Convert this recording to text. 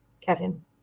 Kevin